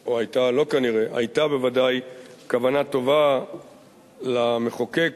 או היתה בוודאי כוונה טובה למחוקק